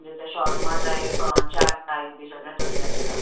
म्हणजें तें शाॅर्मा टायप चाट टायप बी सगळें तसलें आसता